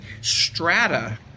strata –